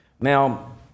Now